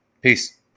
Peace